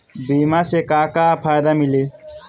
बीमा से का का फायदा मिली?